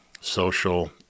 social